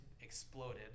exploded